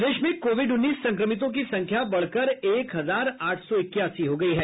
प्रदेश में कोविड उन्नीस संक्रमितों की संख्या बढ़कर एक हजार आठ सौ इक्यासी हो गयी है